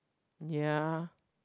ya